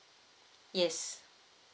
yes